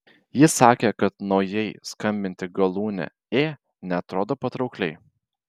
ji sakė kad naujai skambanti galūnė ė neatrodo patraukliai